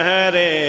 Hare